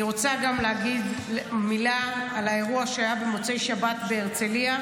אני רוצה גם להגיד מילה על האירוע שהיה במוצאי שבת בהרצליה,